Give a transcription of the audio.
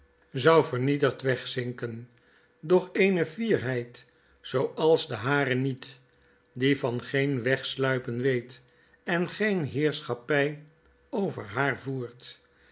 edwin drood zinken doch eene fierheid zooals de hare niet die van preen wegsluipen weet en geen heerschappjj over haar voert